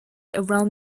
around